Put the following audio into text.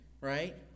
right